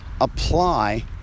apply